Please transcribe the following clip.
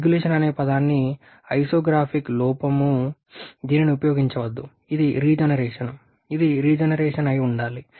recirculation అనే పదాన్ని typographical లోపం దీనిని ఉపయోగించవద్దు ఇది రీజనరేషన్ ఇది రీజనరేషన్ అయి ఉండాలి